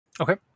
Okay